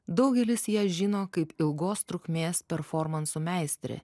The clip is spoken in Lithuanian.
daugelis ją žino kaip ilgos trukmės performansų meistrė